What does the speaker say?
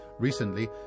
Recently